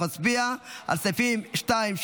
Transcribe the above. אנחנו נצביע על סעיפים 2,